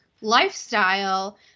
lifestyle